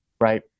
right